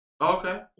okay